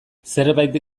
zerbait